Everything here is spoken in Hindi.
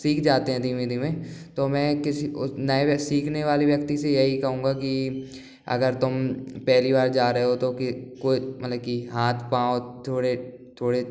सीख जाते हैं धीमे धीमे तो मैं किसी नए सीखने वाले व्यक्ति से यही कहूंगा कि अगर तुम पहली बार जा रहे हो तो कोई मतलब की हाथ पाव थोड़े थोड़े